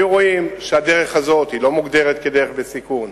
היו רואים שהדרך הזאת היא לא מוגדרת כדרך בסיכון,